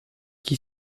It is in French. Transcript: qui